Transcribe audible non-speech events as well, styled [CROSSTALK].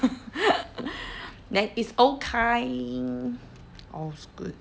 [NOISE] then it's okay all's good